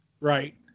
Right